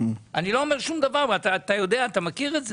אני לא אומר שום דבר, אתה יודע אתה מכיר את זה,